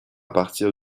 partir